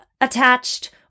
attached